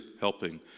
helping